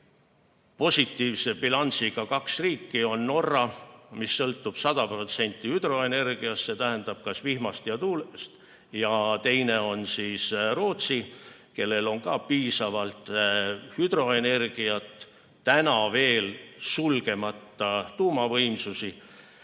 positiivse bilansiga kaks riiki. Üks on Norra, kes sõltub 100% hüdroenergiast, see tähendab vihmast, ja tuulest. Ja teine on Rootsi, kellel on ka piisavalt hüdroenergiat ning täna veel sulgemata tuumavõimsusi.